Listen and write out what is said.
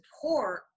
support